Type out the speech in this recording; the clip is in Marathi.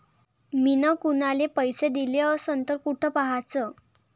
मिन कुनाले पैसे दिले असन तर कुठ पाहाचं?